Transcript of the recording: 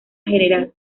general